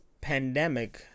pandemic